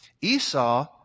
Esau